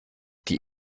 die